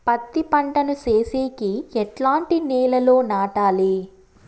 పత్తి పంట ను సేసేకి ఎట్లాంటి నేలలో నాటాలి?